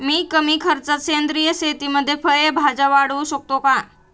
मी कमी खर्चात सेंद्रिय शेतीमध्ये फळे भाज्या वाढवू शकतो का?